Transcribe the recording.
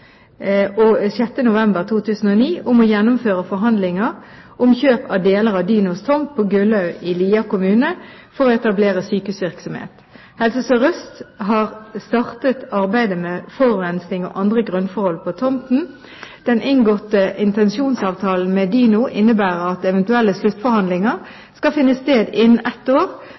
november 2009 om å gjennomføre forhandlinger om kjøp av deler av Dynos tomt på Gullaug i Lier kommune for å etablere sykehusvirksomhet. Helse SørØst har startet arbeidet med forurensning og andre grunnforhold på tomten. Den inngåtte intensjonsavtalen med Dyno innebærer at eventuelle sluttforhandlinger skal finne sted innen et år